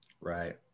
Right